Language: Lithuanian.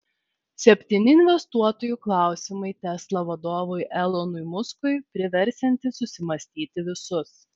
septyni investuotojų klausimai tesla vadovui elonui muskui priversiantys susimąstyti visus